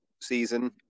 season